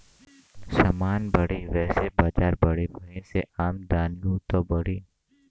समान बढ़ी वैसे बजार बढ़ी, वही से आमदनिओ त बढ़ी